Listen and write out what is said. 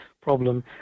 problem